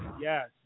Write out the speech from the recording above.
yes